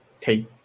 take